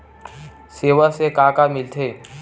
सेवा से का का मिलथे?